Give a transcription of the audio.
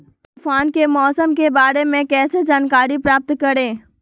तूफान के मौसम के बारे में कैसे जानकारी प्राप्त करें?